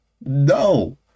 No